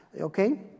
okay